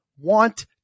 want